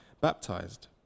baptized